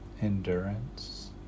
endurance